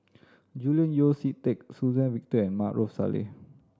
Julian Yeo See Teck Suzann Victor and Maarof Salleh